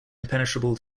impenetrable